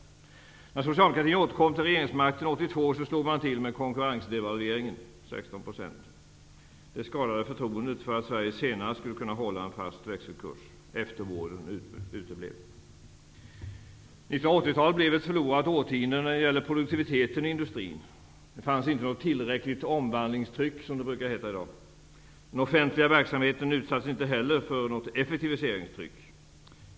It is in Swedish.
1982 slog man till med konkurrensdevalveringen på 16 %. Det skadade förtroendet för att Sverige senare skulle kunna hålla en fast växelkurs. 1980-talet blev ett förlorat årtionde när det gäller produktiviteten i industrin. Det fanns inte ett tillräckligt omvandlingstryck, som det brukar heta i dag. Den offentliga verksamheten utsattes inte heller för något effektiviseringstryck.